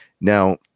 Now